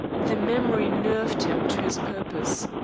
the memory nerved him to his purpose.